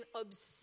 obsessed